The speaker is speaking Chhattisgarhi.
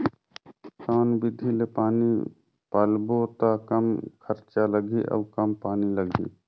कौन विधि ले पानी पलोबो त कम खरचा लगही अउ कम पानी लगही?